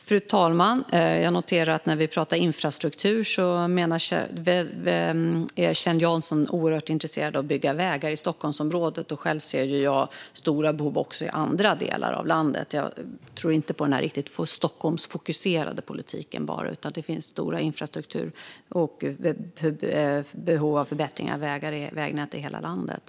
Fru talman! Jag noterar att när vi pratar om infrastruktur är Kjell Jansson oerhört intresserad av att bygga vägar i Stockholmsområdet. Själv ser jag stora behov också i andra delar av landet. Jag tror inte riktigt på bara den Stockholmsfokuserade politiken, för det finns stora behov av förbättring av infrastruktur och vägnät i hela landet.